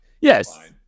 Yes